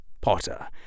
Potter